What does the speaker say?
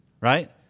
Right